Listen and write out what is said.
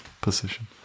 position